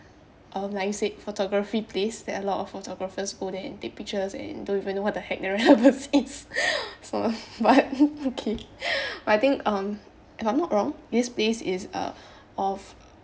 or when I said photography place that a lot of photographers go there and take pictures and don't even know what the heck their relevance is so but okay but I think um if I'm not wrong this place is a uh of